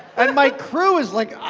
and my crew is like